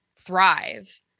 thrive